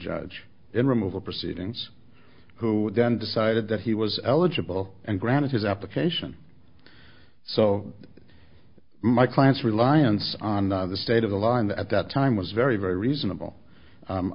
judge in removal proceedings who then decided that he was eligible and granted his application so my client's reliance on the state of the line at that time was very very reasonable